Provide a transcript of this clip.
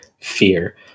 fear